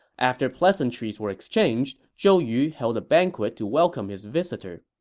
after pleasantries were exchanged, zhou yu held a banquet to welcome his visitor.